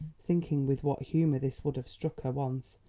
thinking with what humour this would have struck her once.